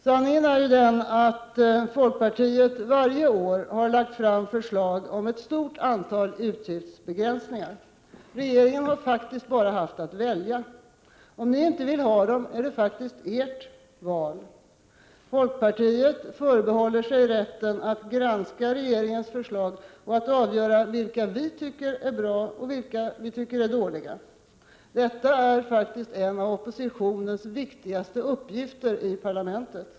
Sanningen är den att folkpartiet varje år har lagt fram förslag om ett stort antal utgiftsbegränsningar. Regeringen har bara haft att välja. Om regeringen inte vill ha förslagen, är det regeringens val. Folkpartiet förbehåller sig rätten att granska regeringens förslag och att avgöra vilka vi tycker är bra och dåliga. Detta är faktiskt en av oppositionens viktigaste uppgifter i parlamentet.